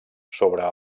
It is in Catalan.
sobre